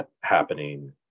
happening